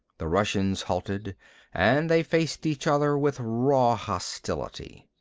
the russians halted and they faced each other with raw hostility.